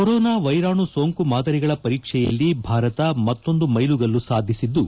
corona ವೈರಾಣು ಸೋಂಕು ಮಾದರಿಗಳ ಪರೀಕ್ಷೆಯಲ್ಲಿ ಭಾರತ ಮತ್ತೊಂದು ಮೈಲುಗಲ್ಲು ಸಾಧಿಸಿದ್ದು